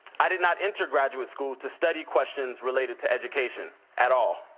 i did not enter graduate school to study questions related to education, at all.